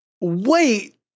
Wait